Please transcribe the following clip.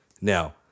Now